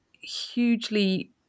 hugely